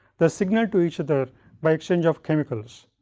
that signal to each other by exchange of chemicals.